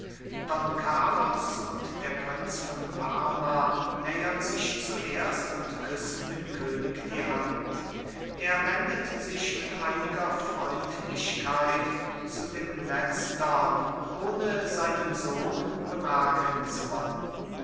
don carlos und der prinz von parma nähern sich zuerst und küssen dem könig die hand er wendet sich mit einiger freundlichkeit zu dem letztern ohne seinen sohn bemerken zu wollen